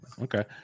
Okay